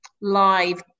live